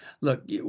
look